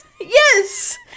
Yes